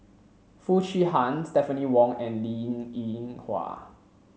Foo Chee Han Stephanie Wong and Linn In Hua